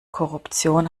korruption